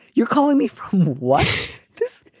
you're calling me who was this?